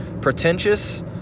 pretentious